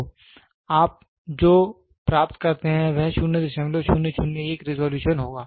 तो आप जो प्राप्त करते हैं वह 0001 रिज़ॉल्यूशन होगा